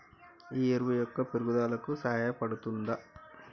ఈ ఎరువు మొక్క పెరుగుదలకు సహాయపడుతదా?